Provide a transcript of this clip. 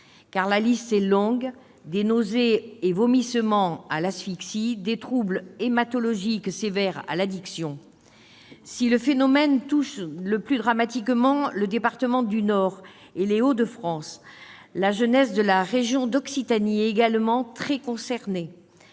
La liste est longue, des nausées et vomissements à l'asphyxie, des troubles hématologiques sévères à l'addiction. Si le phénomène touche le plus dramatiquement le département du Nord et les Hauts-de-France, la jeunesse de la région Occitanie est également très concernée.